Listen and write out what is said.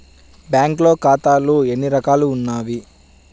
బ్యాంక్లో ఖాతాలు ఎన్ని రకాలు ఉన్నావి?